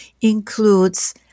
includes